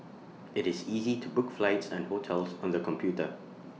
IT is easy to book flights and hotels on the computer